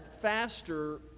faster